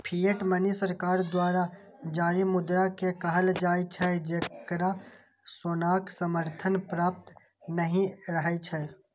fiat money सरकार द्वारा जारी मुद्रा कें कहल जाइ छै, जेकरा सोनाक समर्थन प्राप्त नहि रहै छै